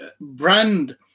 brand